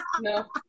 No